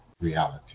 reality